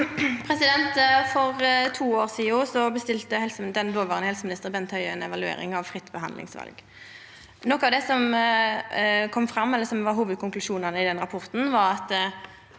For to år sidan bestilte dåverande helseminister Bent Høie ei evaluering av fritt behandlingsval. Noko av det som var hovudkonklusjonane i den rapporten, var at